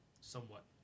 somewhat